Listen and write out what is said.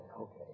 okay